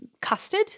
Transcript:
Custard